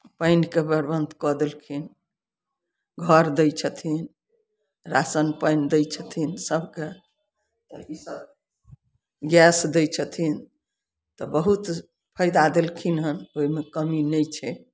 पानिके प्रबन्ध कऽ देलखिन घर दै छथिन राशन पानि दै छथिन सभकेँ तऽ इसभ सभकेँ दै छथिन तऽ बहुत फायदा देलखिन हन ओहिमे कमी नहि छै